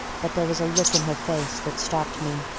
but there was a look in her face that stopped me.